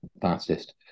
fastest